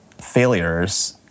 failures